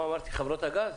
מה אמרתי, חברות הגז?